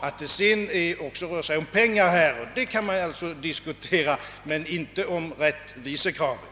Att det sedan också rör sig om pengar, är en sak som vi kan diskutera, men vi kan inte diskutera rättvisekravet.